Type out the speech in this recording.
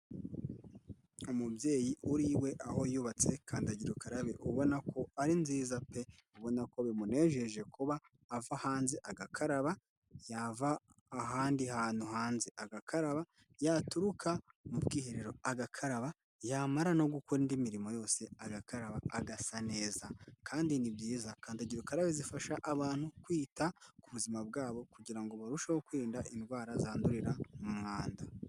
Umubyeyi uri iwe aho yubatse kandagira ukarabe, ubona ko ari nziza pe! Ubona ko bimunejeje kuba ava hanze agakaraba, yava ahandi hantu hanze agakaraba, yaturuka mu bwiherero agakaraba, yamara no gukora indi mirimo yose agakaraba, agasa neza kandi ni byiza. Kandagira ukarabe zifasha abantu kwita ku buzima bwabo kugira ngo barusheho kwirinda indwara zandurira mu mwanda.